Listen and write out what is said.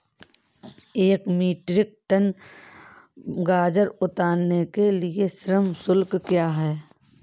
एक metric tonne गाजर उतारने के लिए श्रम शुल्क क्या है?